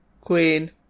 queen